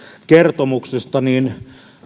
kertomuksesta niin